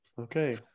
Okay